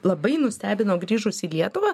labai nustebino grįžus į lietuvą